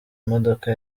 imodoka